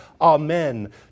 Amen